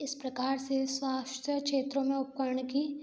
इस प्रकार से स्वास्थ्य क्षेत्र में उपकरण की